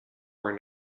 are